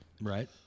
right